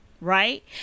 right